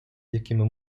якими